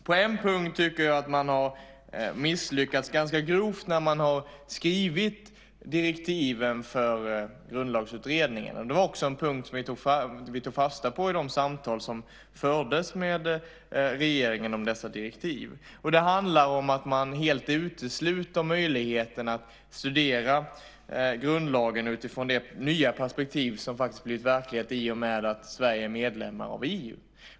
På en punkt tycker jag att man har misslyckats ganska grovt när man har skrivit direktiven för grundlagsutredningen. Det var också en punkt vi tog fasta på i de samtal som fördes med regeringen om dessa direktiv. Det handlar om att man helt utesluter möjligheten att studera grundlagen utifrån det nya perspektiv som faktiskt blivit verklighet i och med att Sverige är medlem av EU.